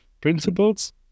principles